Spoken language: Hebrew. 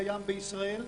שקיים בישראל.